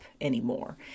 anymore